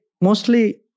mostly